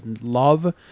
love